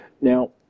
Now